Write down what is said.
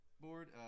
board